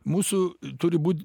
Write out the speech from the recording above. mūsų turi būti